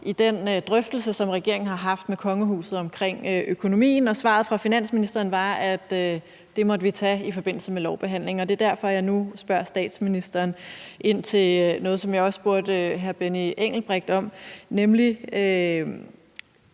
i den drøftelse, som regeringen har haft med kongehuset omkring økonomien, og svaret fra finansministeren var, at det måtte vi tage i forbindelse med lovbehandlingen. Og det er derfor, jeg nu spørger statsministeren ind til noget, som jeg også spurgte hr. Benny Engelbrecht om, nemlig